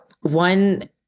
one